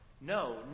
no